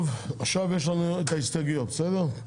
טוב , עכשיו יש לנו את ההסתייגויות, בסדר?